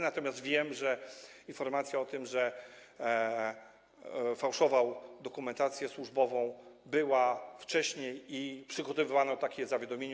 Natomiast wiem, że informacja o tym, że fałszował dokumentację służbową, była wcześniej i przygotowywano takie zawiadomienie.